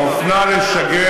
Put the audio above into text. האופנה לשגר